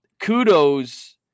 kudos